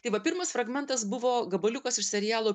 tai va pirmas fragmentas buvo gabaliukas iš serialo